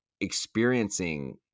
experiencing